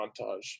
montage